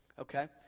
Okay